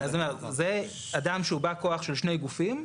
זה אדם שהוא בא כוח של שני גופים.